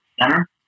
center